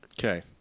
Okay